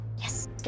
Yes